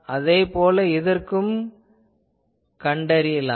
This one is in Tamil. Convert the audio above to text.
அதேபோல் இதற்கும் கண்டறியலாம்